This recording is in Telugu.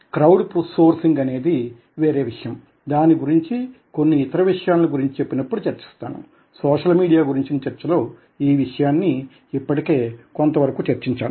క్రౌడ్ సోర్సింగ్ అనేది వేరే విషయం దాని గురించి కొన్ని ఇతర విషయాలగురించి చెప్పినప్పుడు చర్చిస్తాను సోషల్ మీడియా గురించిన చర్చలో ఈ విషయాన్ని ఇప్పటికే కొంత వరకు చర్చించాను